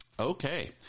Okay